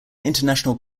international